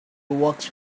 works